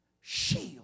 shield